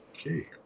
Okay